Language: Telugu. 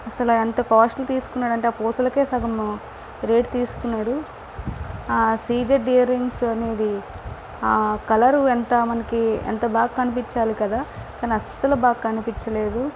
అసల ఎంత కాస్ట్లు తీసుకున్నాడంటే ఆ పూసలకే సగం రేట్ తీసుకున్నాడు ఆ సిజెడ్ ఇయర్ రింగ్స్ అనేవి ఆ కలరు ఎంత మనకి ఎంత బాగా కనిపించాలి కదా కాని అస్సలు బాగా కనిపించలేదు